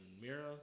Mira